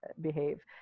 behave